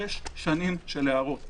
שש שנשים של הערות.